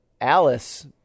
Alice